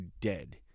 dead